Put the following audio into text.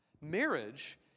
Marriage